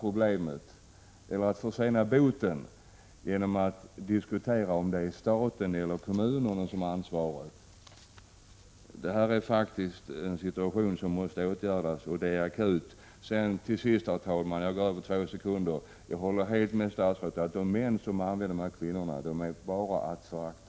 Låt inte debatten om vem som skall bygga — staten eller kommunerna — leda till en försening av en lösning på problemet. Den här situationen är synnerligen akut och måste åtgärdas snarast. Till sist, herr talman, håller jag helt med statsrådet om att de män som använder de prostituerade kvinnorna bara är att förakta.